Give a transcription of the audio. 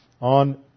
on